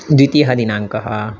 द्वितीयः दिनाङ्कः